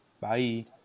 Bye